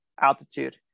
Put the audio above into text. altitude